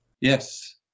Yes